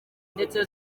ndetse